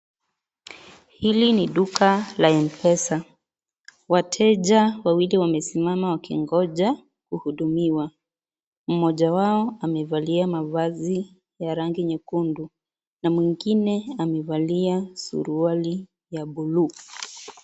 Hili ni duka la mpesa, wateja wawili wame simama wakingonja kuhudumiwa, mmoja wao amevalia mavazi ya rangi nyekundu, na mwingine amevala suruali ya bluu.